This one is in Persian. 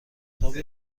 تاپ